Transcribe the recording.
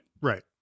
Right